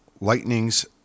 Lightnings